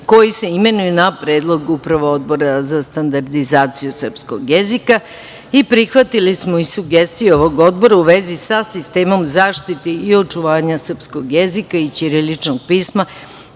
koji se imenuju na predlog upravo Odbora za standardizaciju srpskog jezika. Prihvatili smo i sugestiju ovog odbora u vezi sa sistemom zaštite i očuvanja srpskog jezika i ćiriličnog pisma